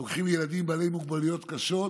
ולוקחים ילדים בעלי מוגבלויות קשות